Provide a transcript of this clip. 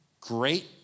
Great